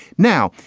now,